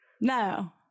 No